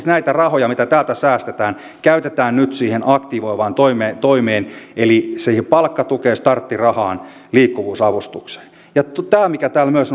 näitä rahoja mitä täältä säästetään käytetään nyt siihen aktivoivaan toimeen toimeen eli palkkatukeen starttirahaan liikkuvuusavustukseen ja tämä mikä täällä myös